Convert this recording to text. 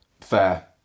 Fair